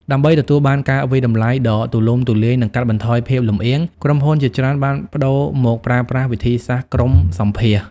ដើម្បីទទួលបានការវាយតម្លៃដ៏ទូលំទូលាយ និងកាត់បន្ថយភាពលំអៀង ក្រុមហ៊ុនជាច្រើនបានប្ដូរមកប្រើប្រាស់វិធីសាស្ត្រក្រុមសម្ភាសន៍។